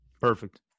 Perfect